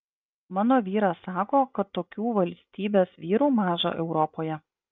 mano vyras sako kad tokių valstybės vyrų maža europoje